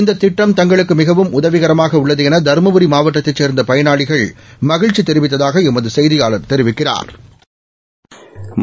இந்த திட்டம் தங்களுக்கு மிகவும் உதவிகரமாக உள்ளது என தருமபுரி மாவட்டத்தைச் சேர்ந்த பயனாளிகள் மகிழ்ச்சி தெரிவித்ததாக எமது செய்தியாளா் தெரிவிக்கிறாா்